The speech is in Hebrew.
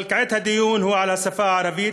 אבל כעת הדיון הוא על השפה הערבית,